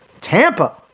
Tampa